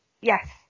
Yes